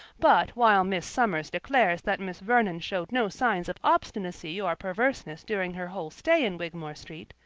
but while miss summers declares that miss vernon showed no signs of obstinacy or perverseness during her whole stay in wigmore street,